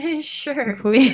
Sure